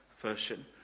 version